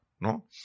no